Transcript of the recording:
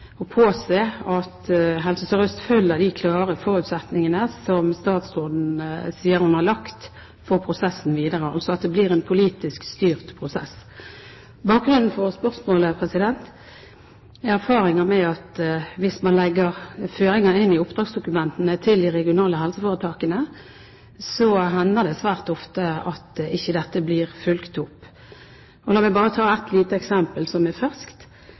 påse at Helse Sør-Øst følger de klare forutsetningene som statsråden sier hun har lagt for prosessen videre, altså at det blir en politisk styrt prosess? Bakgrunnen for spørsmålet er erfaring med at hvis man legger føringer inn i oppdragsdokumentene til de regionale foretakene, hender det svært ofte at de ikke blir fulgt opp. La meg bare ta et lite eksempel som er ferskt.